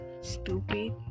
stupid